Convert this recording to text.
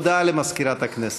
הודעה למזכירת הכנסת.